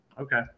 Okay